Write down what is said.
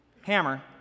hammer